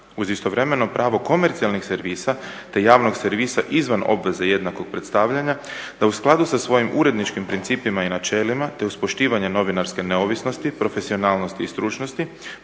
uz istovremeno pravo komercijalnih servisa te javnog servisa izvan obveze jednakog predstavljanja, da u skladu sa svojim uredničkim principima i načelima te uz poštivanje novinarske neovisnosti, profesionalnosti i stručnosti,